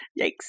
yikes